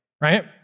right